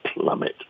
Plummet